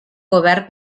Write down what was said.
govern